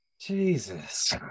Jesus